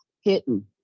hidden